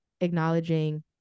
acknowledging